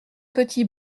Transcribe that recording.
petit